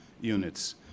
units